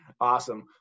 Awesome